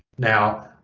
now,